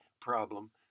problem